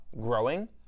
growing